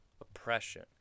oppression